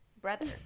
brother